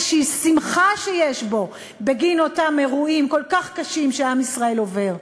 שמחה שיש בו בגין אותם אירועים כל כך קשים שעם ישראל עובר.